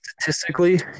statistically